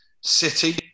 City